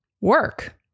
work